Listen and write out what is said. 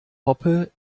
hoppe